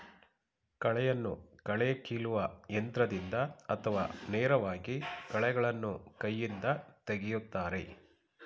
ಕಳೆಯನ್ನು ಕಳೆ ಕೀಲುವ ಯಂತ್ರದಿಂದ ಅಥವಾ ನೇರವಾಗಿ ಕಳೆಗಳನ್ನು ಕೈಯಿಂದ ತೆಗೆಯುತ್ತಾರೆ